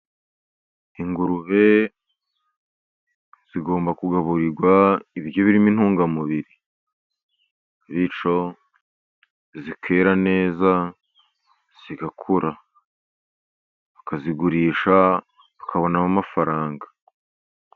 Ingurube zigomba kugaburirwa ibiryo birimo intungamubiri, bityo zikera neza, zigakura. Ukazigurisha ukabonamo amafaranga.